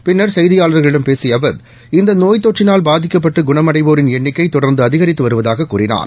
பின்னர் செய்தியாளர்களிடம் பேசிய அவர் இந்த நோய் தொற்றினால் பாதிக்கப்பட்டு குணமடைவோரின் எண்ணிக்கை தொடர்ந்து அதிகரித்து வருவதாகக் கூறினார்